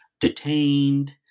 detained